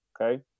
Okay